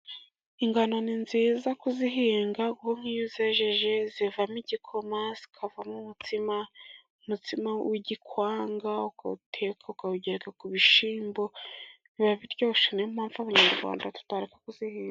Ingano ni nziza kuzihinga kuko iyo uzejeje zivamo igikoma, zikavamo umutsima. Umutsima w'igikwanga ukawuteka ukawugereka ku bishyimbo biba biryoshye, n'iyo mpamvu Abanyarwanda tutareka kuzihinga.